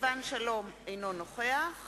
סילבן שלום, אינו נוכח